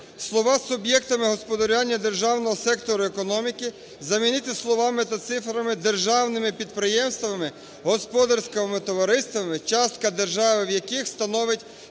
слова "суб'єктами господарювання державного сектору економіки" замінити словами та цифрами "державними підприємствами, господарськими товариствами, частка держави в яких становить